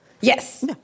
Yes